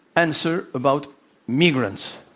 answer, about migrants.